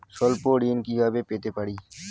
স্বল্প ঋণ কিভাবে পেতে পারি?